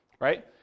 right